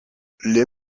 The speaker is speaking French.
les